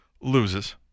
loses